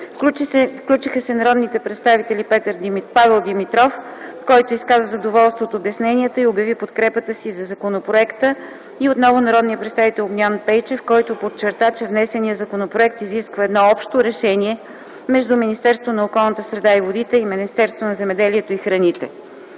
Включи се народният представител Павел Димитров, който изказа задоволство от обясненията и обяви подкрепата си за законопроекта. Народният представител Огнян Пейчев подчерта, че внесеният законопроект изисква едно общо решение между Министерството на околната среда и водите и Министерството на земеделието и храните.